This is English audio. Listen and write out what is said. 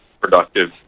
productive